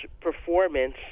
performance